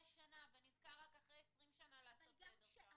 שנה ונזכר רק אחרי 20 שנה לעשות סדר שמה.